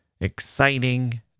exciting